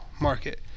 market